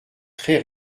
très